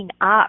up